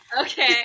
Okay